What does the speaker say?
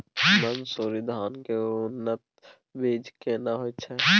मन्सूरी धान के उन्नत बीज केना होयत छै?